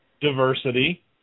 Diversity